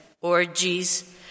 orgies